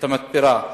את המתפרה,